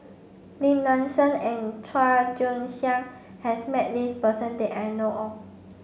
Lim Nang Seng and Chua Joon Siang has met this person that I know of